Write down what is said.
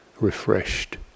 refreshed